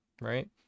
right